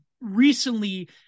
recently